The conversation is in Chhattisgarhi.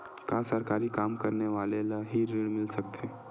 का सरकारी काम करने वाले ल हि ऋण मिल सकथे?